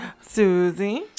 Susie